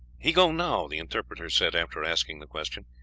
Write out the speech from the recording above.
he go now, the interpreter said, after asking the question.